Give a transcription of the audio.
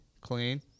Clean